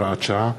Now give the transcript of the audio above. הוראת שעה),